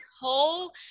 whole